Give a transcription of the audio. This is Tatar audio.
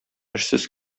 эшсез